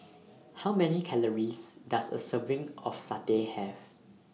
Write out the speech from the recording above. How Many Calories Does A Serving of Satay Have